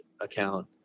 account